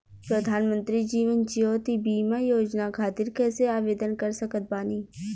प्रधानमंत्री जीवन ज्योति बीमा योजना खातिर कैसे आवेदन कर सकत बानी?